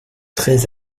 très